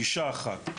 אישה אחת.